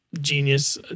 genius